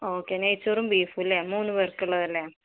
okay നെയ്ച്ചോറും ബീഫുല്ലെ മൂന്നുപേര്ക്കുള്ളതല്ലേ